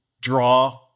draw